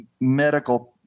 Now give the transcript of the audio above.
medical